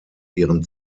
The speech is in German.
ihren